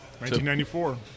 1994